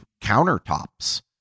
countertops